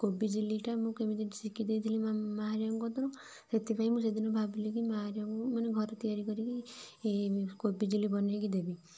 କୋବି ଚିଲିଟା ମୁଁ କେମିତି ଶିଖି ଦେଇଥିଲି ମାଆ ହେରିକାଙ୍କ କତିରୁ ସେଥିପାଇଁ ମୁଁ ସେଦିନ ଭାବିଲି କି ମାଆ ହେରିକାଙ୍କୁ ମାନେ ଘରେ ତିଆରି କରିକି କୋବି ଚିଲି ବନେଇକି ଦେବି